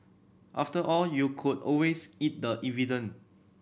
after all you could always eat the evidence